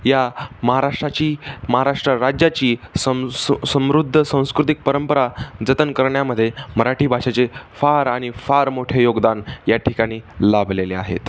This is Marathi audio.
या महाराष्ट्राची महाराष्ट्र राज्याची सं सु समृद्ध सांस्कृतिक परंपरा जतन करण्यामध्ये मराठी भाषेचे फार आणि फार मोठे योगदान या ठिकाणी लाभलेले आहेत